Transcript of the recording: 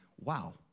wow